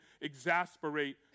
exasperate